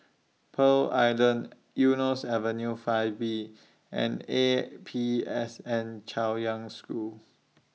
Pearl Island Eunos Avenue five B and A P S N Chaoyang School